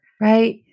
right